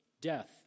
death